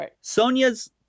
Sonia's